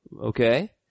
Okay